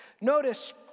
Notice